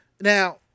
Now